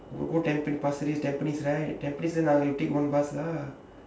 no go tampines pasir ris tampines right tampines then I will take one bus lah